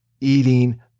eating